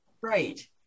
right